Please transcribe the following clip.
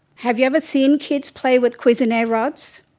have you ever seen kids play with cuisennaire rods?